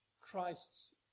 Christ's